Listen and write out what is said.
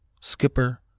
Skipper